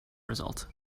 result